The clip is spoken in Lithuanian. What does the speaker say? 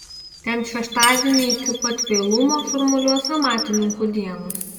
ten šeštadienį iki pat vėlumo šurmuliuos amatininkų dienos